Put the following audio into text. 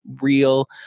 real